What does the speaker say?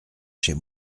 chez